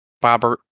Bobber